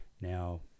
now